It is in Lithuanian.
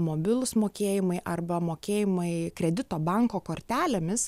mobilūs mokėjimai arba mokėjimai kredito banko kortelėmis